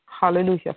Hallelujah